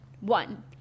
One